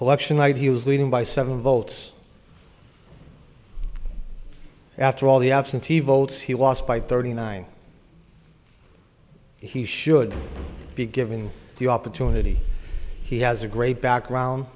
election like he was leading by seven votes after all the absentee votes he was by thirty nine he should be given the opportunity he has a great background